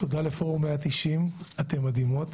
תודה לפורום 190. אתן מדהימות,